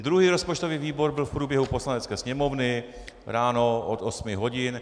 Druhý rozpočtový výbor byl v průběhu Poslanecké sněmovny, ráno od osmi hodin.